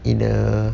in a